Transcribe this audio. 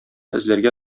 эзләргә